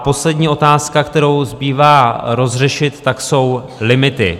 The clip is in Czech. Poslední otázka, kterou zbývá rozřešit, jsou limity.